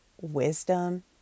wisdom